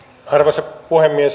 arvoisa puhemies